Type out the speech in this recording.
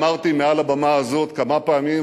אמרתי מעל הבמה הזאת כמה פעמים,